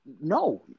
no